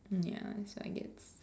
ya that's why I guess